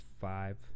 Five